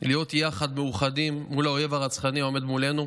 להיות יחד מאוחדים מול האויב הרצחני העומד מולנו.